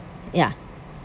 ya